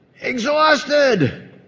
Exhausted